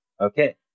Okay